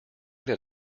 that